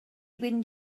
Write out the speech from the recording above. wyn